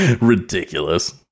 Ridiculous